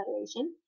Federation